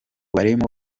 barimo